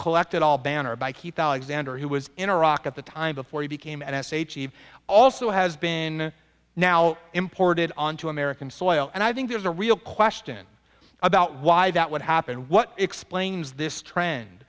collected all banner by keith alexander who was in iraq at the time before he became an sh he also has been now imported onto american soil and i think there's a real question about why that what happened what explains this trend